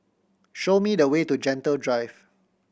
show me the way to Gentle Drive